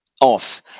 Off